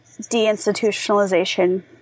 deinstitutionalization